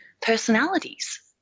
personalities